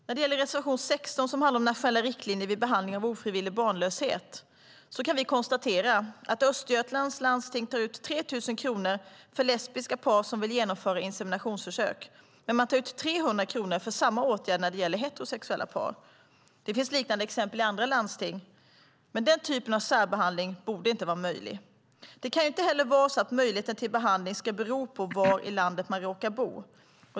När det gäller reservation 16 som handlar om nationella riktlinjer vid behandling av ofrivillig barnlöshet kan vi konstatera att Östergötlands landsting tar ut 3 000 kronor för lesbiska par som vill genomföra inseminationsförsök, medan man tar ut 300 kronor för samma åtgärd när det gäller heterosexuella par. Det finns liknande exempel i andra landsting. Men den typen av särbehandling borde inte vara möjlig. Det kan inte heller vara så att möjligheten till behandling ska bero på var i landet man råkar bo.